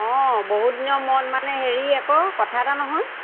অঁ বহুত দিনৰ মূৰত মানে হেৰি আকৌ কথা এটা নহয়